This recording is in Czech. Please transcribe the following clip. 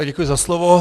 Děkuji za slovo.